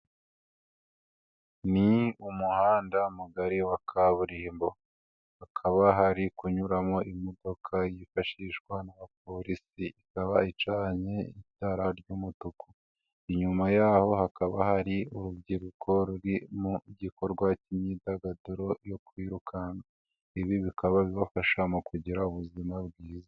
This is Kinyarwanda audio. Ni umuhanda mugari wa kaburimbo, hakaba hari kunyuramo imodoka yifashishwa nabapolisi ikaba icanye itara ry'umutuku, inyuma yaho hakaba hari urubyiruko ruri mu gikorwa cy'imyidagaduro yo kwirukanka, ibi bikaba bibafasha mu kugira ubuzima bwiza.